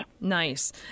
nice